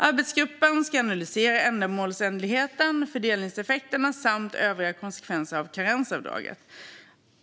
Arbetsgruppen ska analysera ändamålsenligheten, fördelningseffekterna och övriga konsekvenser av karensavdraget.